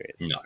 no